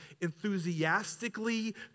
enthusiastically